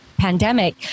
pandemic